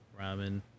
ramen